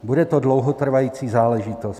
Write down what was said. Bude to dlouhotrvající záležitost.